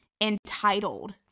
entitled